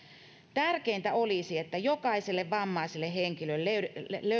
tärkeintä olisi että jokaiselle vammaiselle henkilölle